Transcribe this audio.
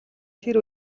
тэр